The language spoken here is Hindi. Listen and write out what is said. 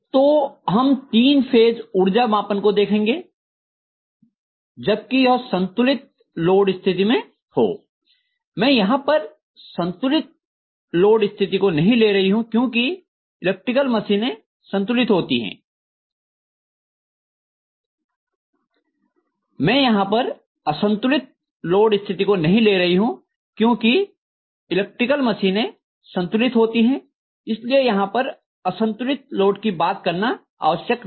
तो हम तीन फेज ऊर्जा मापन को देखेंगे जबकि यह संतुलित लोड स्थिति में हो मैं यहाँ पर असंतुलित लोड स्थिति को नहीं ले रही हूँ क्यूँकि इलेक्ट्रिकल मशीनें संतुलित होती हैं इसलिए यहाँ पर असंतुलित लोड की बात करना आवश्यक नहीं है